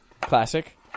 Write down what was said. Classic